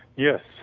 yes.